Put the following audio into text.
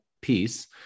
piece